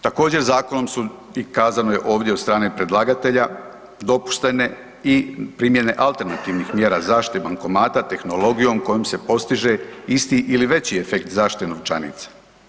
Također zakonom su i kazano je ovdje od strane predlagatelja dopuštene i primjene alternativnih mjera zaštite bankomata tehnologijom kojom se postiže isti ili veći efekt zaštite novčanica.